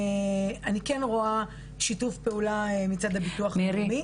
אני כן רואה שיתוף פעולה מצד הביטוח הלאומי.